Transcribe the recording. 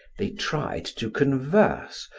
they tried to converse,